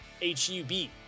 H-U-B